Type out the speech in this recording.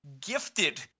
gifted